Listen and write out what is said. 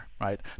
right